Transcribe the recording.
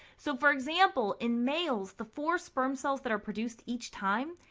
so for example, in males, the four sperms cells that are produced each time,